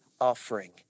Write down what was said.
offering